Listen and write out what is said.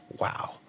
wow